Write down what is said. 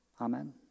Amen